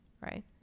right